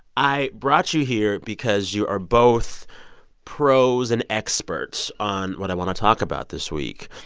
i brought you here because you are both pros and experts on what i want to talk about this week,